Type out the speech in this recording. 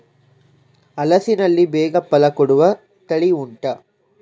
ಹಲಸಿನಲ್ಲಿ ಬೇಗ ಫಲ ಕೊಡುವ ತಳಿ ಉಂಟಾ